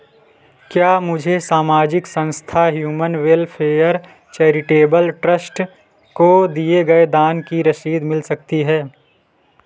क्या मुझे सामाजिक संस्था ह्यूमन वेलफे़यर चैरिटेबल ट्रस्ट को दिए गए दान की रसीद मिल सकती है